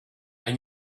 and